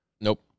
Nope